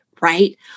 right